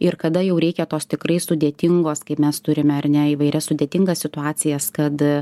ir kada jau reikia tos tikrai sudėtingos kaip mes turime ar ne įvairias sudėtingas situacijas kad